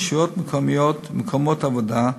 ברשויות מקומיות ובמקומות עבודה,